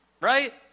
Right